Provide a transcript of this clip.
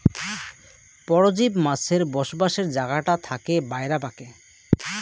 পরজীব মাছের বসবাসের জাগাটা থাকে বায়রা পাকে